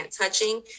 touching